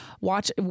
watch